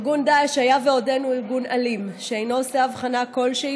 ארגון דאעש היה ועודנו ארגון אלים שאינו עושה הבחנה כלשהי